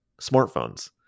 smartphones